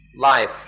life